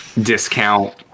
discount